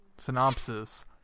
synopsis